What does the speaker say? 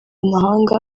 amahanga